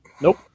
Nope